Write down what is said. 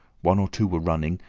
one or two were running,